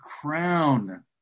crown